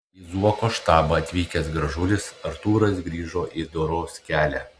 į zuoko štabą atvykęs gražulis artūras grįžo į doros kelią